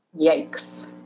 Yikes